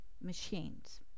machines